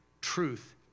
truth